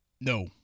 No